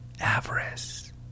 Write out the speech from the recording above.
avarice